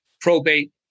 probate